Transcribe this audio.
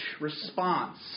response